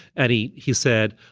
and he he said,